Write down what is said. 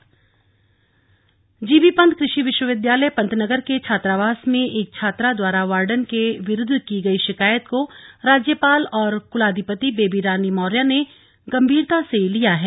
राज्यपाल जीबीपंत कृषि विश्वविद्यालय पंतनगर के छात्रावास में एक छात्रा द्वारा वार्डन के विरूद्ध की गई शिकायत को राज्यपाल और कुलाधिपति बेबी रानी मौर्य ने गंभीरता से लिया है